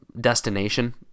destination